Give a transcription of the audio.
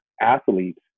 athletes